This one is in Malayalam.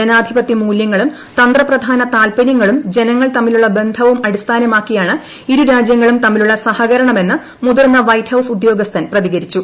ജനാധിപത്യ മൂല്യങ്ങളും തന്ത്രപ്രധാന താല്പര്യങ്ങളും ജനങ്ങൾ തമ്മിലുള്ള ബന്ധവും അടിസ്ഥാനമാക്കിയാണ് ഇരുരാജ്യങ്ങളും തമ്മിലുള്ള സഹകരണമെന്ന് മുതിർന്ന വൈറ്റ് ഹൌസ് ഉദ്യോഗസ്ഥൻ പ്രതികരിച്ചു